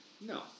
no